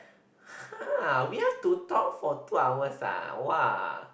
ha we have to talk for two hours ah !wah!